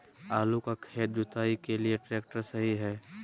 आलू का खेत जुताई के लिए ट्रैक्टर सही है?